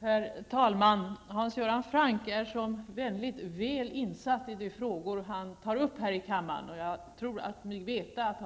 Herr talman! Hans Göran Franck är som vanligt väl insatt i de frågor han tar upp här i kammaren, och jag tror mig veta att